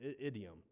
idiom